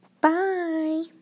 Bye